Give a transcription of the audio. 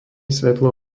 svetlo